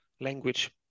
language